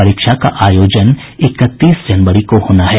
परीक्षा का आयोजन इकतीस जनवरी को होना है